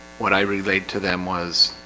what i relate to them was